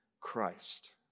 Christ